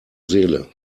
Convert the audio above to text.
seele